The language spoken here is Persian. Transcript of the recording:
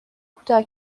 کوتاه